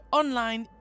online